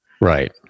Right